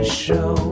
show